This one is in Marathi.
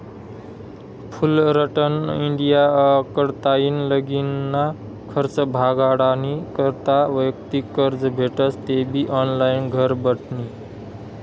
फुलरटन इंडिया कडताईन लगीनना खर्च भागाडानी करता वैयक्तिक कर्ज भेटस तेबी ऑनलाईन घरबठी